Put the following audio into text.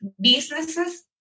businesses